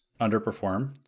underperform